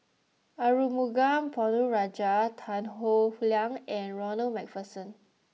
Arumugam Ponnu Rajah Tan Howe Liang and Ronald MacPherson